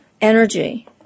Energy